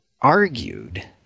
argued